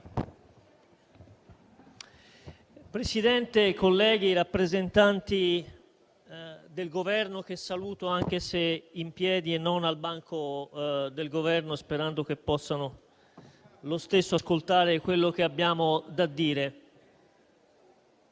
Presidente, colleghi, saluto i rappresentanti del Governo, anche se sono in piedi e non al banco del Governo, sperando che possano lo stesso ascoltare quello che abbiamo da dire;